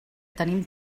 tenim